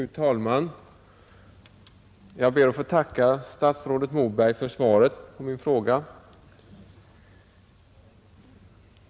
Fru talman! Jag ber att få tacka statsrådet Moberg för svaret på min fråga.